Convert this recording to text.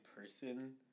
person